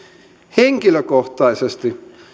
henkilökohtaisesti